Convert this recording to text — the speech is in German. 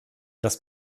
dass